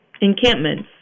encampments